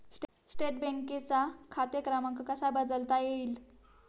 State बँकेचा खाते क्रमांक कसा बदलता येईल?